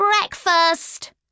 breakfast